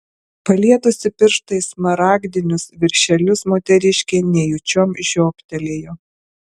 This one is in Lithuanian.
palietusi pirštais smaragdinius viršelius moteriškė nejučiom žioptelėjo